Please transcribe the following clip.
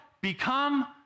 become